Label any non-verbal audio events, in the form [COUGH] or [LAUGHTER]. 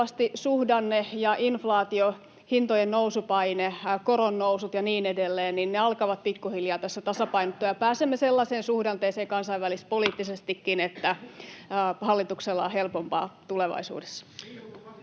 suhdanne ja inflaatio, hintojen nousupaine, koronnousut ja niin edelleen, alkavat pikkuhiljaa tässä tasapainottua ja pääsemme sellaiseen suhdanteeseen kansainvälispoliittisestikin, [NOISE] että hallituksella on helpompaa tulevaisuudessa.